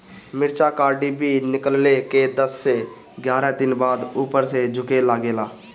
मिरचा क डिभी निकलले के दस से एग्यारह दिन बाद उपर से झुके लागेला?